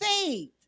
faith